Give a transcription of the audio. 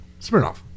Smirnoff